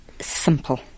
simple